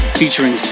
featuring